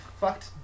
fucked